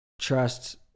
trust